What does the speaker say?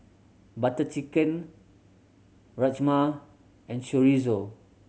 Butter Chicken Rajma and Chorizo